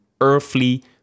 earthly